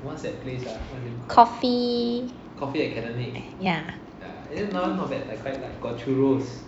coffee yeah